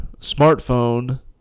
smartphone